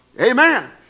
Amen